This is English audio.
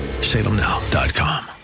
Salemnow.com